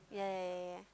yeah yeah yeah yeah yeah